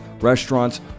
restaurants